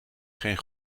geen